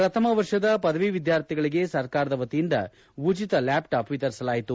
ಪ್ರಥಮ ವರ್ಷದ ಪದವಿ ವಿದ್ಯಾರ್ಥಿಗಳಿಗೆ ಸರ್ಕಾರದ ವತಿಯಿಂದ ಉಚಿತ ಲ್ಯಾಪ್ಟಾಪ್ ವಿತರಿಸಲಾಯಿತು